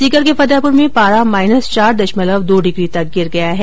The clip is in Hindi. सीकर के फर्तेहपुर मे पारा माईनस चार दशमलव दो डिग्री तक गिर गया है